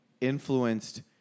influenced